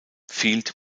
field